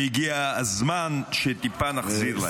והגיע הזמן שטיפה נחזיר להם.